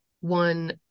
one